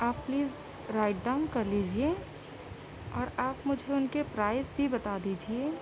آپ please write down کر لیجیے اور آپ مجھے ان کے پرائز بھی بتا دیجیے